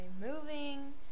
moving